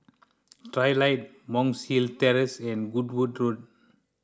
Trilight Monk's Hill Terrace and Goodwood Road